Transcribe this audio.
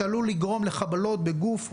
ועלול לגרום לחבלות בגוף,